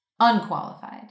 unqualified